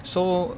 so